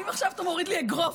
אם עכשיו אתה מוריד לי אגרוף,